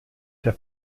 der